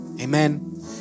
Amen